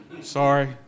Sorry